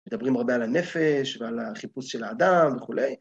מדברים הרבה על הנפש ועל החיפוש של האדם וכולי.